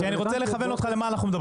כי אני רוצה לכוון אותך למה אנחנו מדברים.